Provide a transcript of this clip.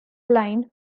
line